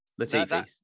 Latifi